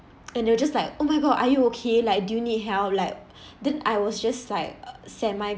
and they were just like oh my god are you okay like do you need help like then I was just like uh semi